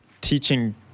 teaching